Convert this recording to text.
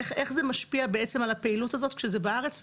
איך זה, בעצם, משפיע על הפעילות הזאת כשזה בארץ?